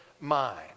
mind